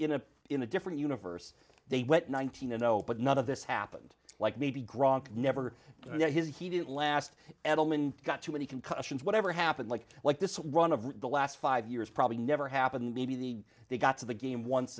in a in a different universe they went nineteen a no but none of this happened like maybe gronk never got his he didn't last adelman got too many concussions whatever happened like like this one of the last five years probably never happened maybe the they got to the game once